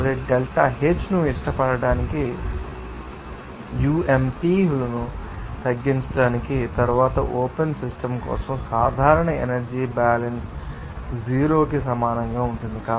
కాబట్టి delta H ను ఇష్టపడటానికి ump హలను తగ్గించిన తరువాత ఓపెన్ సిస్టమ్ కోసం సాధారణ ఎనర్జీ బ్యాలెన్స్ 0 కి సమానంగా ఉంటుంది